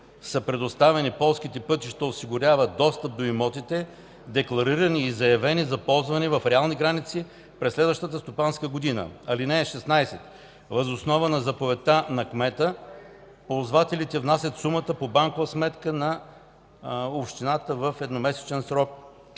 са предоставени полските пътища, осигурява достъп до имотите, декларирани и заявени за ползване в реални граници през следващата стопанска година. (16) Въз основа на заповедта на кмета, ползвателите внасят сумата по банкова сметка на общината в едномесечен срок